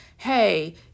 hey